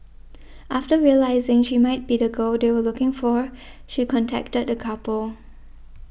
after realising she might be the girl they were looking for she contacted the couple